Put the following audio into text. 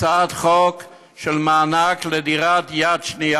הצעת חוק של מענק לדירה יד שנייה.